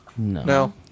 No